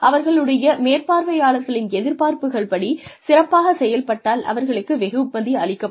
அவர்களுடைய மேற்பார்வையாளர்களின் எதிர்பார்ப்புகள் படி சிறப்பாகச் செயல்பட்டால் அவர்களுக்கு வெகுமதி அளிக்கப்படும்